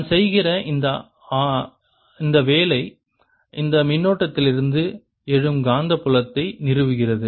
நான் செய்கிற அந்த வேலை இந்த மின்னோட்டத்திலிருந்து எழும் காந்தப்புலத்தை நிறுவுகிறது